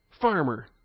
farmer